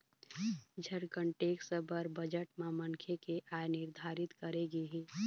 income tax बर budget म मनखे के आय निरधारित करे गे हे